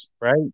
right